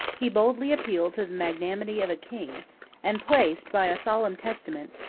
he boldly appealed to the magnanimity of a king and placed, by a solemn testament,